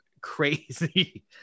crazy